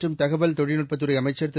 மற்றும் தகவல் தொழில்நுட்பத்துறை அமைச்சர் திரு